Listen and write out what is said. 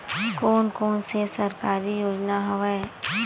कोन कोन से सरकारी योजना हवय?